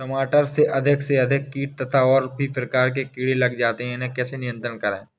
टमाटर में अधिक से अधिक कीट तथा और भी प्रकार के कीड़े लग जाते हैं इन्हें कैसे नियंत्रण करें?